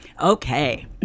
okay